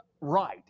right